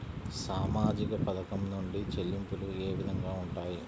సామాజిక పథకం నుండి చెల్లింపులు ఏ విధంగా ఉంటాయి?